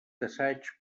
assaig